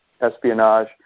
espionage